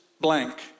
blank